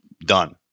done